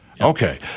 Okay